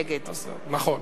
נגד נכון.